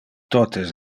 totes